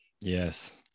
yes